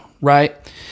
right